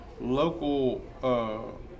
local